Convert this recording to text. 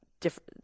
different